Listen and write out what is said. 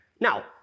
Now